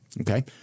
Okay